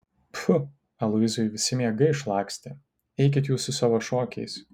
pfu aloyzui visi miegai išlakstė eikit jūs su savo šokiais